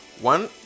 one